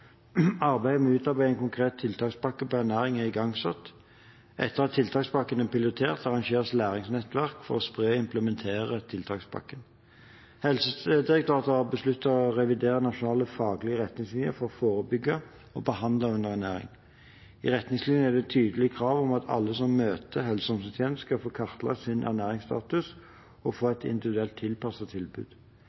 Arbeidet med å utarbeide en konkret tiltakspakke på ernæring er igangsatt. Etter at tiltakspakken er pilotert, arrangeres læringsnettverk for å spre og implementere tiltakspakken. Helsedirektoratet har besluttet å revidere Nasjonal faglig retningslinje for å forebygge og behandle underernæring. I retningslinjen er det tydelig krav om at alle som møter helse- og omsorgstjenestene, skal få kartlagt sin ernæringsstatus og få et individuelt tilpasset tilbud.